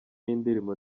y’indirimbo